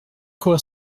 courir